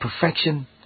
perfection